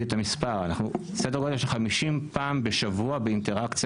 סדר גודל של 50 פעם בשבוע באינטראקציה